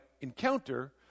encounter